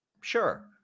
sure